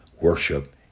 worship